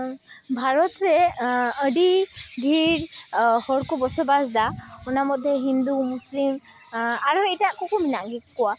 ᱵᱷᱟᱨᱚᱛ ᱨᱮ ᱟᱹᱰᱤ ᱰᱷᱮᱨ ᱦᱚᱲᱠᱚ ᱵᱚᱥᱚᱵᱟᱥᱫᱟ ᱚᱱᱟ ᱢᱚᱫᱽᱫᱷᱮ ᱦᱤᱱᱫᱩ ᱢᱩᱥᱞᱤᱢ ᱟᱨᱦᱚᱸ ᱮᱴᱟᱜ ᱠᱚᱠᱚ ᱢᱮᱱᱟᱜ ᱜᱮ ᱠᱚᱣᱟ